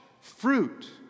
fruit